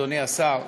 אדוני השר.